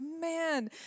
man